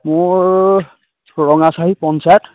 মোৰ ৰঙা চাহী পঞ্চায়ত